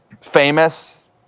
famous